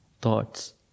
thoughts